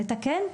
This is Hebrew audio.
לתקן,